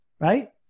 right